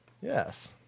Yes